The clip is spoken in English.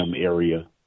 area